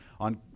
On